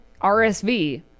RSV